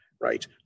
right